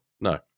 no